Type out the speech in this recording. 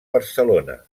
barcelona